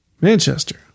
Manchester